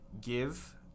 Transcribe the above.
give